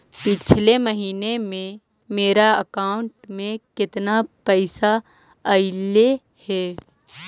पिछले महिना में मेरा अकाउंट में केतना पैसा अइलेय हे?